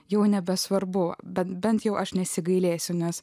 jau nebesvarbu bet bent jau aš nesigailėsiu nes